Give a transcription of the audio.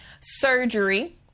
surgery